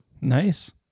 Nice